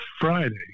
Friday